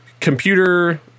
computer